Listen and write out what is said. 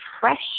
fresh